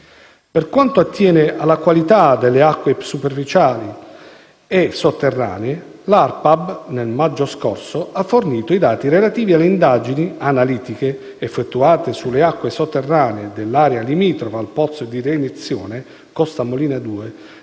Per quanto attiene alla qualità delle acque superficiali e sotterranee, nel maggio scorso l'ARPAB ha fornito i dati relativi alle indagini analitiche effettuate sulle acque sotterranee dell'area limitrofa al pozzo di reiniezione Costa Molina 2